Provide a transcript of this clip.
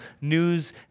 news